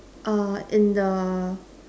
err in the